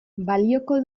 balioko